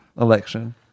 election